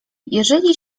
jeżeli